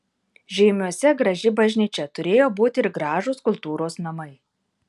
žeimiuose graži bažnyčia turėjo būti ir gražūs kultūros namai